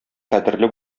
кадерле